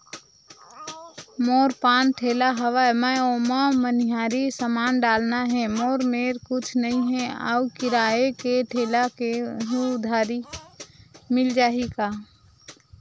मोर पान ठेला हवय मैं ओमा मनिहारी समान डालना हे मोर मेर कुछ नई हे आऊ किराए के ठेला हे उधारी मिल जहीं का?